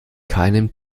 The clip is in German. keinem